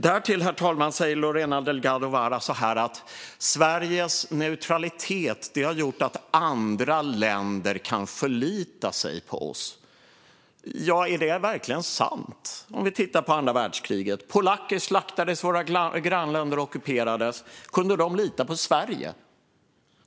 Därtill säger Lorena Delgado Varas att Sveriges neutralitet har gjort att andra länder kan förlita sig på oss, herr talman. Är det verkligen sant? Vi kan titta på andra världskriget, då polacker slaktades och våra grannländer ockuperades. Kunde de lita på Sverige?